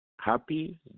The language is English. happy